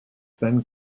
then